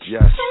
Yes